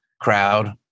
crowd